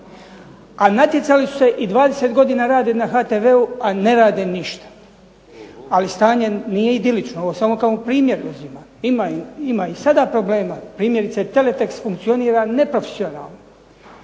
A natjecali su se i 20 godina rade na HTV-u a ne rade ništa, a stanje nije idilično. Ovo samo kao primjer uzimam. Ima i sada problema. Primjerice teletekst funkcionira neprofesionalno.